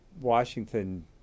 Washington